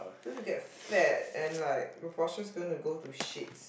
gonna get fat and like my posture's gonna go to shits